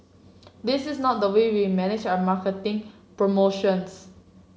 this is not the way we manage our marketing promotions